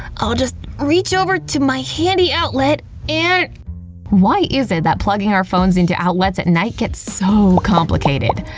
i'll just reach over to my handy outlet and why is it that plugging our phones into outlets at night gets so complicated?